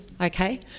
okay